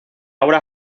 obra